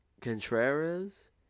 Contreras